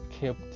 kept